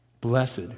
Blessed